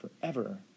forever